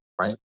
right